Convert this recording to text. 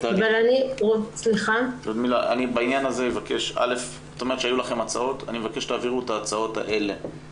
אבל אני --- בעניין הזה אני אבקש שתעבירו את ההצעות האלה,